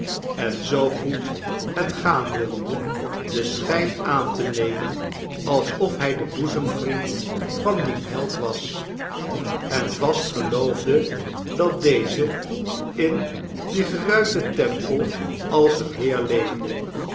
en zoo goed het gaan wilde den schijn aan te nemen alsof hij de boezemvriend van dien held was en vast geloofde dat deze in dien geruiten tempel als een heer leefde